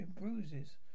bruises